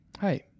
Hi